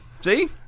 See